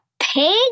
pig